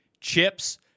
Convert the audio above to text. chips